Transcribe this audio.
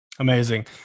Amazing